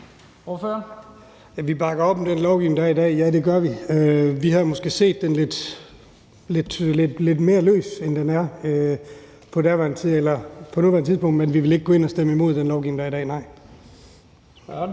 vi bakker op om den lovgivning, der er i dag? Ja, det gør vi. Vi havde måske hellere set den lidt mere løs, end den er på nuværende tidspunkt. Men vi vil ikke gå ind og stemme imod den lovgivning, der er i dag, nej.